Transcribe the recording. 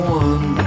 one